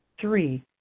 Three